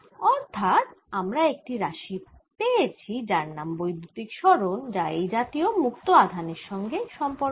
অর্থাৎ আমরা একটি রাশি পেয়েছি যার নাম বৈদ্যুতিক সরণ যা এই জাতীয় মুক্ত আধানের সাথে সম্পর্কিত